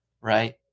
right